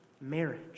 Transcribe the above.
marriage